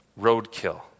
roadkill